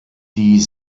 die